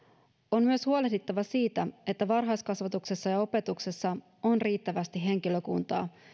on myös huolehdittava siitä että varhaiskasvatuksessa ja opetuksessa on riittävästi henkilökuntaa